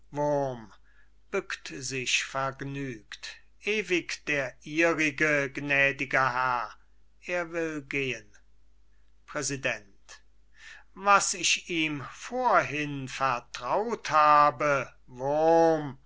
sich vergnügt ewig der ihrige gnädiger herr er will gehen präsident was ich ihm vorhin vertraut habe wurm